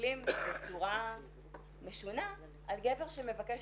מסתכלים בצורה משונה על גבר שמבקש